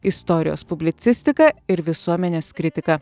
istorijos publicistika ir visuomenės kritika